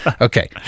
Okay